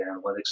analytics